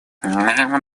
нам